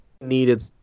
needed